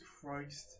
Christ